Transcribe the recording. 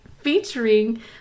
Featuring